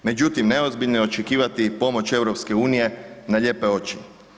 Međutim, neozbiljno je očekivati pomoć EU na ljepe oči.